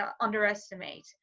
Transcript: underestimate